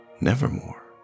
Nevermore